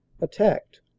attacked